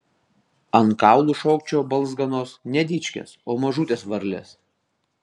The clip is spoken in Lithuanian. ant kaulų šokčiojo balzganos ne dičkės o mažutės varlės